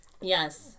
Yes